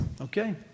Okay